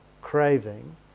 craving